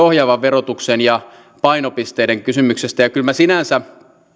ohjaavan verotuksen ja painopisteiden kysymyksestä ja kyllä minä sinänsä